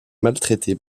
maltraité